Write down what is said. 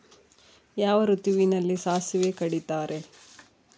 ಯಾವ ಋತುವಿನಲ್ಲಿ ಸಾಸಿವೆ ಕಡಿತಾರೆ?